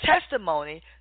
testimony